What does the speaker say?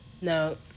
No